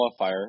qualifier